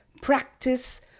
practice